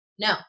No